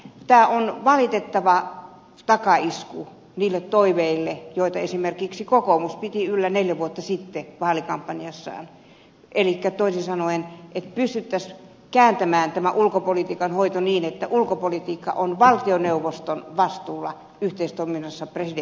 tämä on valitettava takaisku niille toiveille joita esimerkiksi kokoomus piti yllä neljä vuotta sitten vaalikampanjassaan elikkä toisin sanoen että pystyttäisiin kääntämään tämä ulkopolitiikan hoito niin että ulkopolitiikka on valtioneuvoston vastuulla yhteistoiminnassa presidentin kanssa